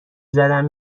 زدن